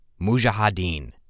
Mujahideen